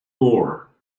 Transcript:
more